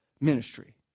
ministry